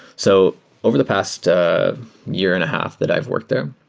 so over the past year and a half that i've worked there,